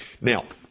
Now